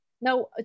Now